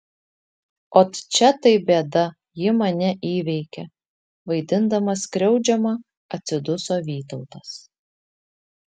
ot čia tai bėda ji mane įveikia vaidindamas skriaudžiamą atsiduso vytautas